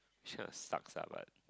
Cheers sucks ah but